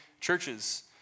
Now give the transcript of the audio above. churches